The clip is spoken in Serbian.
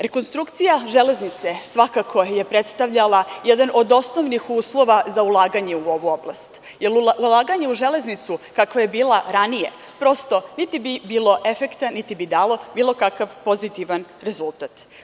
Rekonstrukcija železnice svakako je predstavljala jedan od osnovnih uslova za ulaganje u ovu oblast, jer ulaganje u železnicu kakva je bila ranije, prosto, niti bi bilo efekta, niti bi dalo bilo kakav pozitivan rezultat.